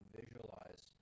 visualize